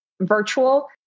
virtual